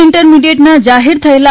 ઇન્ટરમીડીએટના જાહેર થયેલા